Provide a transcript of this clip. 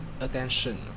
attention